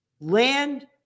land